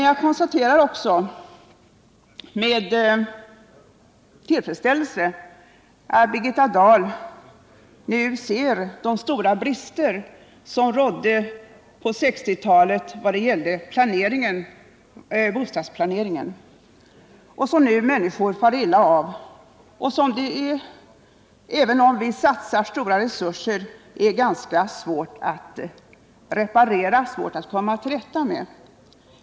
Jag konstaterar också med tillfredsställelse att Birgitta Dahl nu ser de stora brister som rådde i 1960-talets bostadsplanering, vars följder människor nu far illa av. Även om vi satsar stora resurser, är det ganska svårt att komma till rätta med dessa företeelser.